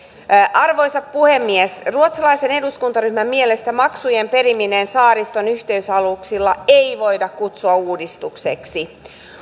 arvoisa puhemies ruotsalaisen eduskuntaryhmän mielestä maksujen perimistä saariston yhteysaluksilta ei voida kutsua uudistukseksi